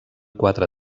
quatre